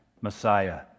Messiah